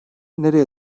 nereye